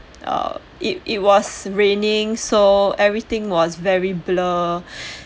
err it it was raining so everything was very blur